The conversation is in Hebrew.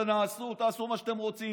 תעשו מה שאתם רוצים.